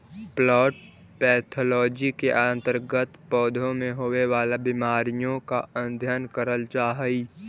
plant pathology के अंतर्गत पौधों में होवे वाला बीमारियों का अध्ययन करल जा हई